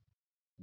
यहाँ C क्या है